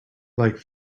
like